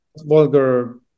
vulgar